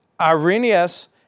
Irenaeus